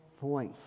voice